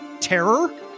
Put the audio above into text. terror